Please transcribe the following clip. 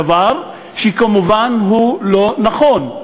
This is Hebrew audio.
דבר שכמובן הוא לא נכון.